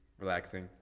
relaxing